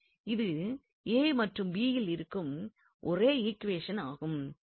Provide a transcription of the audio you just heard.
இது மற்றும் யில் இருக்கும் ஒரே ஈக்வேஷன் ஆகும்